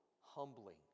humbling